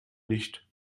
nicht